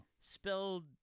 Spelled